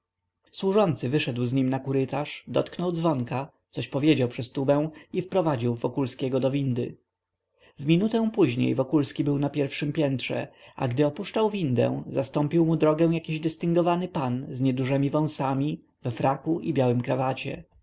służący wyszedł z nim na kurytarz dotknął dzwonka coś powiedział przez tubę i wprowadził wokulskiego do windy w minutę później wokulski był na pierwszem piętrze a gdy opuszczał windę zastąpił mu drogę jakiś dystyngowany pan z niedużemi wąsami we fraku i białym krawacie